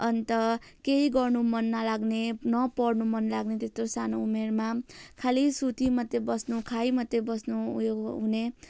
अन्त केही गर्नु मन नलाग्ने न पढ्नु मन लाग्ने त्यस्तो सानो उमेरमा खालि सुती मात्रै बस्नु खाई मात्रै बस्नु उयो हुने